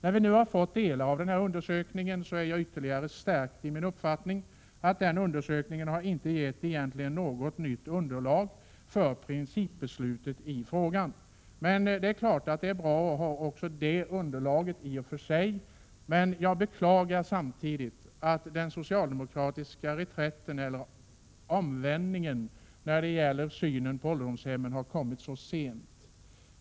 När vi nu har fått delar av undersökningen, är jag ytterligare stärkt i min uppfattning att den undersökningen egentligen inte har gett något nytt underlag för principbeslutet i frågan. Men det är klart att det i och för sig är bra att ha också det underlaget. Jag beklagar dock samtidigt att den socialdemokratiska omvändningen i fråga om synen på ålderdomshemmen har kommit så sent.